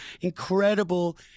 incredible